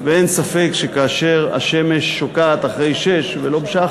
ואין ספק שכאשר השמש שוקעת אחרי 18:00 ולא בשעה